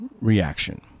reaction